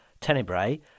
Tenebrae